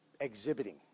exhibiting